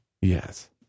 yes